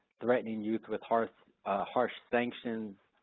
threatening youth with harsh harsh sanctions,